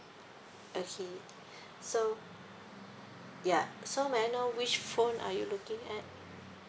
okay so ya so may I know which phone are you looking at